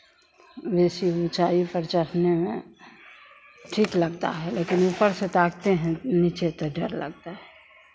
बेसी ऊँचाई पर चढ़ने में ठीक लगता है लेकिन ऊपर से ताकते हैं नीचे तो डर लगता है